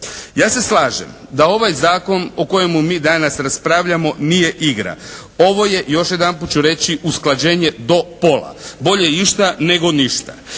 Ja se slažem da ovaj zakon o kojemu mi danas raspravljamo nije igra. Ovo je još jedanput ću reći usklađenje do pola. Bolje išta nego ništa.